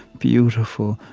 beautiful,